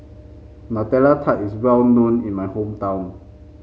Nutella Tart is well known in my hometown